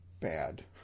bad